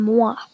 Moi